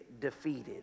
defeated